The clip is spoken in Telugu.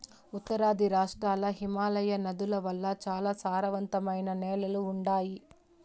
ఉత్తరాది రాష్ట్రాల్ల హిమాలయ నదుల వల్ల చాలా సారవంతమైన నేలలు ఉండాయి